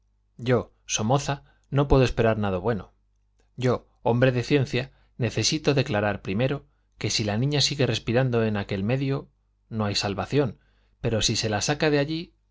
yo somoza no puedo esperar nada bueno yo hombre de ciencia necesito declarar primero que si la niña sigue respirando en aquel medio no hay salvación pero si se la saca de allí